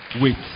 wait